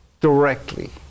directly